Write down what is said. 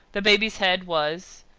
the baby's head was,